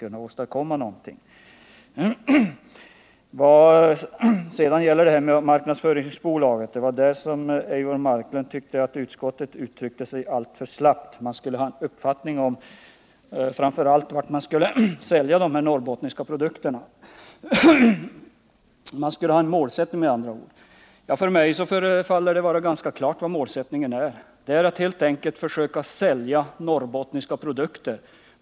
När det gäller marknadsföringsbolaget tyckte Eivor Marklund att utskottet har uttryckt sig alltför slappt. Utskottet borde enligt Eivor Marklund ha en uppfattning om framför allt vart dessa norrbottniska produkter skall säljas. Man borde med andra ord ha en målsättning. För mig förefaller det vara ganska klart vad målsättningen är — det är helt enkelt att försöka sälja norrbottniska produkter.